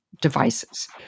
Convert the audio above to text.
devices